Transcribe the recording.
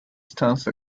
stance